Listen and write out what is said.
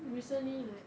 recently like